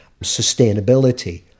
sustainability